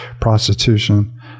prostitution